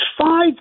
five